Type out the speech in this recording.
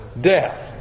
death